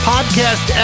Podcast